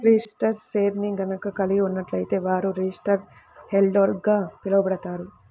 registered షేర్ని గనక కలిగి ఉన్నట్లయితే వారు రిజిస్టర్డ్ షేర్హోల్డర్గా పిలవబడతారు